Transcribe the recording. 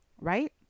Right